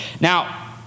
Now